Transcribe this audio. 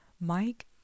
Mike